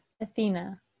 Athena